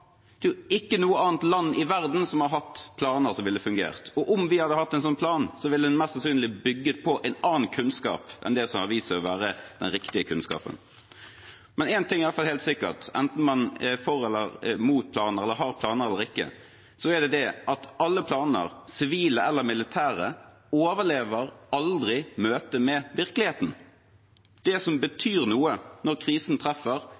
Det er ikke noe annet land i verden som har hatt planer som ville fungert, og om vi hadde hatt en sånn plan, ville den mest sannsynlig bygget på en annen kunnskap enn det som har vist seg å være den riktige kunnskapen. Men én ting er iallfall helt sikkert – enten man er for planer, mot planer, har eller ikke har planer – og det er at ingen planer, sivile eller militære, overlever møtet med virkeligheten. Det som betyr noe når krisen treffer,